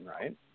right